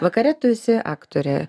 vakare tu esi aktorė